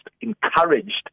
encouraged